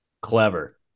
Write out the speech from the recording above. Clever